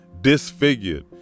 Disfigured